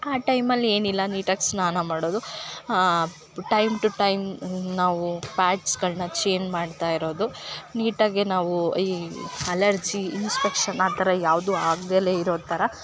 ಆ ಟೈಮಲ್ಲಿ ಏನಿಲ್ಲ ನೀಟಾಗಿ ಸ್ನಾನ ಮಾಡೋದು ಟೈಮ್ ಟು ಟೈಮ್ ನಾವು ಪ್ಯಾಡ್ಸ್ಗಳನ್ನ ಚೇಂಜ್ ಮಾಡ್ತಾ ಇರೋದು ನೀಟಾಗೆ ನಾವು ಈ ಅಲರ್ಜಿ ಇನ್ಸ್ಪೆಕ್ಷನ್ ಆ ಥರ ಯಾವುದು ಆಗ್ದಲೆ ಇರೋಥರ